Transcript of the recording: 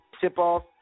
tip-off